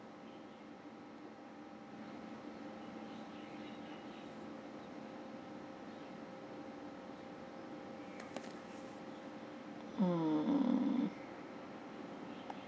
mm